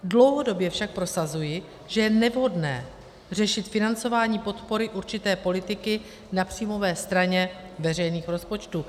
Dlouhodobě však prosazuji, že je nevhodné řešit financování podpory určité politiky na příjmové straně veřejných rozpočtů.